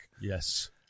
yes